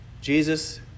Jesus